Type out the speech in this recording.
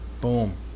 Boom